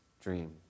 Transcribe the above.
dream